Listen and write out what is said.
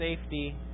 safety